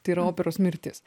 tai yra operos mirtis